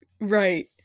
Right